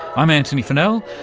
i'm antony funnell,